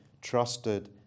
trusted